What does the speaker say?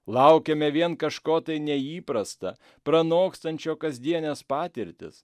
laukiame vien kažko tai neįprasta pranokstančio kasdienes patirtis